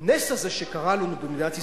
והנס הזה שקרה במדינת ישראל,